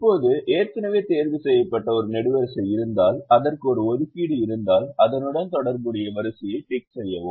இப்போது ஏற்கனவே தேர்வுசெய்யப்பட்ட ஒரு நெடுவரிசை இருந்தால் அதற்கு ஒரு ஒதுக்கீடு இருந்தால் அதனுடன் தொடர்புடைய வரிசையைத் டிக் செய்யவும்